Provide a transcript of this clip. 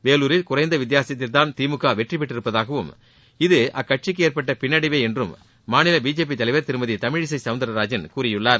வேலூரில் குறைந்த வித்தியாசத்தில்தான் திமுக வெற்றி பெற்றிருப்பதாகவும் இது அக்கட்சிக்கு ஏற்பட்ட பின்னடைவே என்றும் மாநில பிஜேபி தலைவர் திருமதி தமிழிசை சவுந்தரராஜன் கூறியுள்ளார்